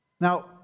Now